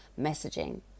messaging